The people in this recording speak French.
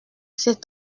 c’est